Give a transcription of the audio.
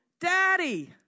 daddy